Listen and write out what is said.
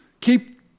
Keep